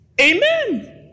Amen